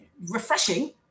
refreshing